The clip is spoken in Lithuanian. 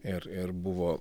ir ir buvo